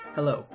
Hello